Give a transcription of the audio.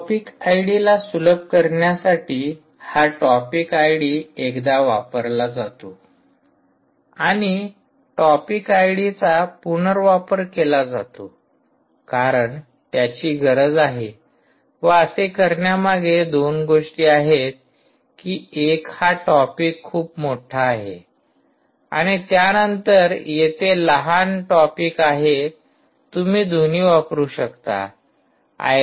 topic आयडीला सुलभ करण्यासाठी हा टॉपिक आयडी एकदा वापरला जातो आणि टॉपिक आयडीचा पुनर्वापर केला जातो कारण त्याची गरज आहे व असे करण्यामागे दोन गोष्टी आहेत की एक हा टॉपिक खूप मोठा आहे आणि त्यानंतर येथे लहान टॉपिक आहे तुम्ही दोन्ही वापरू शकता